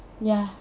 ya